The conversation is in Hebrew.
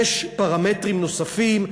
יש פרמטרים נוספים,